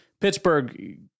Pittsburgh